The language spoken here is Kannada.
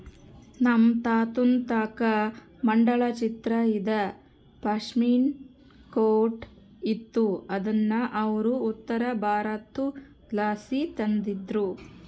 ನಮ್ ತಾತುನ್ ತಾಕ ಮಂಡಲ ಚಿತ್ರ ಇದ್ದ ಪಾಶ್ಮಿನಾ ಕೋಟ್ ಇತ್ತು ಅದುನ್ನ ಅವ್ರು ಉತ್ತರಬಾರತುದ್ಲಾಸಿ ತಂದಿದ್ರು